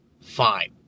Fine